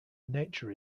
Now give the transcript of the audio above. nature